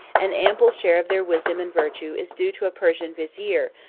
an ample share of their wisdom and virtue is due to a persian vizier,